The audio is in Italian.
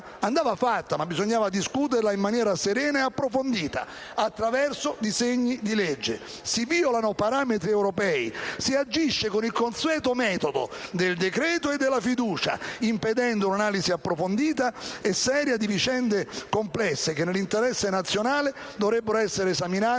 andava fatta, ma bisognava discuterla in maniera serena e approfondita attraverso disegni di legge. Si violano parametri europei, si agisce con il consueto metodo del decreto-legge e della fiducia, impedendo un'analisi approfondita e seria di vicende complesse che, nell'interesse nazionale, dovrebbero essere esaminate